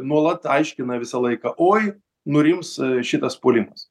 nuolat aiškina visą laiką oi nurims šitas puolimas